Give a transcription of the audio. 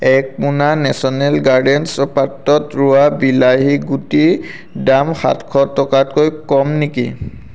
এক মোনা national gardens পাত্ৰত ৰোৱা বিলাহীৰ গুটিৰ দাম সাতশ টকাতকৈ কম নেকি